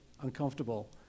uncomfortable